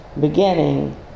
beginning